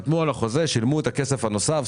חתמו על החוזה ושילמו את הכסף הנוסף.